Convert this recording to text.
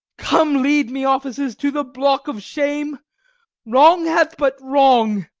come lead me, officers, to the block of shame wrong hath but wrong,